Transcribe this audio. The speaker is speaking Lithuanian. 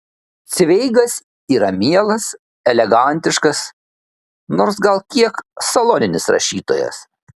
cveigas yra mielas elegantiškas nors gal kiek saloninis rašytojas